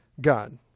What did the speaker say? God